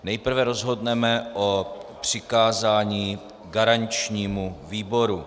Nejprve rozhodneme o přikázání garančnímu výboru.